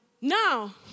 Now